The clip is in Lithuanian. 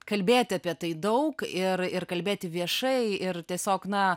kalbėti apie tai daug ir ir kalbėti viešai ir tiesiog na